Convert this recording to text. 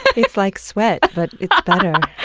it's like sweat, but it's better.